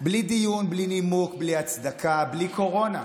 בלי דיון, בלי נימוק, בלי הצדקה, בלי קורונה.